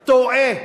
טועה.